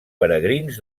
peregrins